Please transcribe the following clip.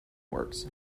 works